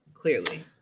Clearly